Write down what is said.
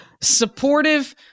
supportive